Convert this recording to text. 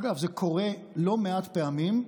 אגב, זה קורה לא מעט פעמים,